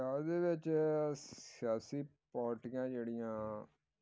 ਪੰਜਾਬ ਦੇ ਵਿੱਚ ਸਿਆਸੀ ਪਾਰਟੀਆਂ ਜਿਹੜੀਆਂ